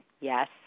yes